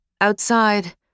Outside